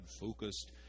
focused